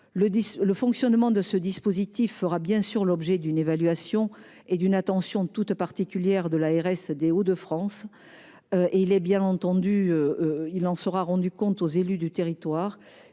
Le fonctionnement de ce dispositif fera l'objet d'une évaluation et d'une attention toute particulière de l'ARS des Hauts-de-France, et il en sera bien entendu rendu compte aux élus du territoire.